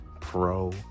pro